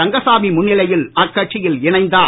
ரங்கசாமி முன்னிலையில் அக்கட்சியில் இணைந்தார்